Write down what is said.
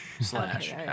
Slash